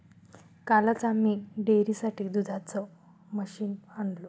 कालच आम्ही डेअरीसाठी दुधाचं मशीन आणलं